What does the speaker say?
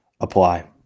apply